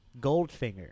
Goldfinger